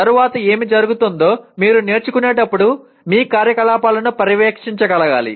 తరువాత ఏమి జరుగుతుందో మీరు నేర్చుకునేటప్పుడు మీ కార్యకలాపాలను పర్యవేక్షించగలగాలి